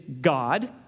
God